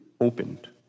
opened